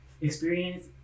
experience